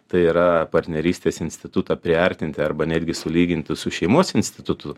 tai yra partnerystės institutą priartinti arba netgi sulyginti su šeimos institutu